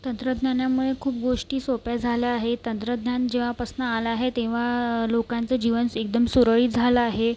तंत्रज्ञानामुळे खूप गोष्टी सोप्या झाल्या आहे तंत्रज्ञान जेव्हापासनं आलं आहे तेव्हा लोकाचं जीवन एकदम सुरळीत झालं आहे